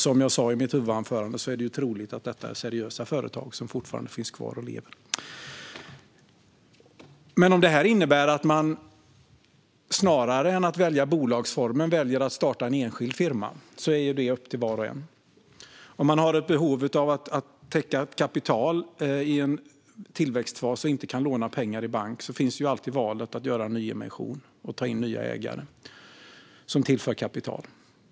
Som jag sa i mitt huvudanförande är det troligt att det är seriösa företag som fortfarande finns kvar och lever. Innebär detta att man snarare väljer att starta en enskild firma än ett aktiebolag? Det är upp till var och en. Om man har behov av kapital i en tillväxtfas och inte kan låna pengar i bank finns alltid valet att göra en nyemission och ta in nya ägare som tillför kapital.